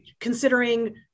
considering